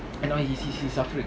you he he's suffering